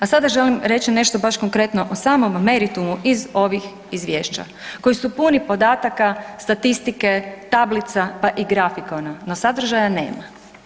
A sada želim reći nešto baš konkretno o samom meritumu iz ovih izvješća koji su puni podataka, statistike, tablica, pa i grafikona, no sadržaja nema.